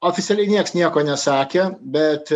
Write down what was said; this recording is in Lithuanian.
oficialiai nieks nieko nesakė bet